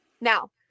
Now